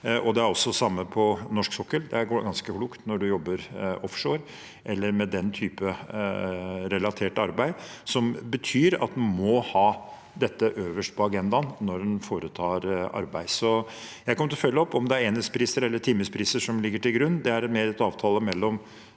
Det er det samme på norsk sokkel. Det er ganske klokt når en jobber offshore eller med den typen arbeid, at en har dette øverst på agendaen når en foretar arbeid. Jeg kommer til å følge opp. Om det er enhetspriser eller timepriser som ligger til grunn, er mer en avtale mellom